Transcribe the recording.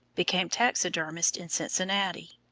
became taxidermist in cincinnati.